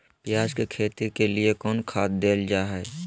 प्याज के खेती के लिए कौन खाद देल जा हाय?